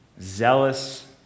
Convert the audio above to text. zealous